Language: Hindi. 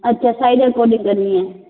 अच्छा साइडर फोल्डिंग करनी है